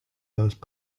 those